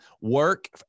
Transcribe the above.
work